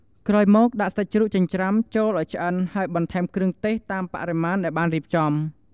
ក្រោយមក ដាក់សាច់ជ្រូកចិញ្ច្រាំចូលឲ្យឆ្អិនហើយបន្ថែមគ្រឿងទេសតាមបរិមាណដែលបានរៀបចំ។